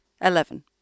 Eleven